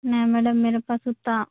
نہیں میڈم میرے پاس اتنا